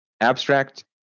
abstract